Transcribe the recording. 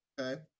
okay